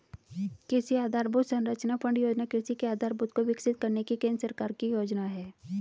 कृषि आधरभूत संरचना फण्ड योजना कृषि के आधारभूत को विकसित करने की केंद्र सरकार की योजना है